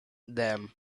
them